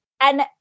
And-